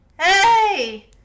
Hey